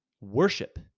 worship